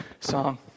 song